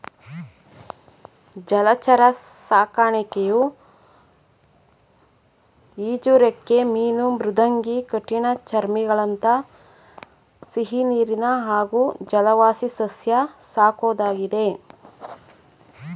ಜಲಚರ ಸಾಕಣೆಯು ಈಜುರೆಕ್ಕೆ ಮೀನು ಮೃದ್ವಂಗಿ ಕಠಿಣಚರ್ಮಿಗಳಂಥ ಸಿಹಿನೀರಿನ ಹಾಗೂ ಜಲವಾಸಿಸಸ್ಯ ಸಾಕೋದಾಗಿದೆ